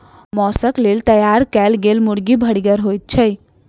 मौसक लेल तैयार कयल गेल मुर्गी भरिगर होइत छै